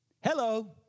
Hello